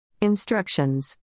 Instructions